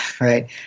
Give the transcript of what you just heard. right